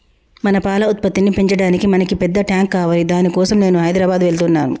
మన పాల ఉత్పత్తిని పెంచటానికి మనకి పెద్ద టాంక్ కావాలి దాని కోసం నేను హైదరాబాద్ వెళ్తున్నాను